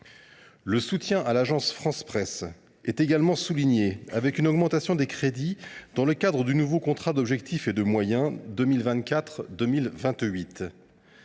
Le soutien à l’Agence France Presse est également conforté grâce à une augmentation des crédits dans le cadre du nouveau contrat d’objectifs et de moyens 2024 2028.